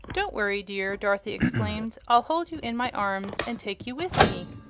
don't worry, dear, dorothy exclaimed, i'll hold you in my arms, and take you with me.